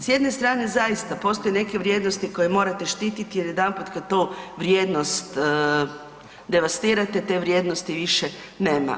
S jedne strane, zaista, postoje neke vrijednosti koje morate štititi jer, jedanput kad tu vrijednost devastirate, te vrijednosti više nema.